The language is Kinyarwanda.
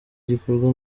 gikorwa